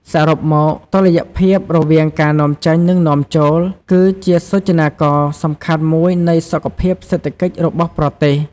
សរុបមក តុល្យភាពរវាងការនាំចេញ និងនាំចូល គឺជាសូចនាករសំខាន់មួយនៃសុខភាពសេដ្ឋកិច្ចរបស់ប្រទេស។